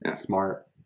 Smart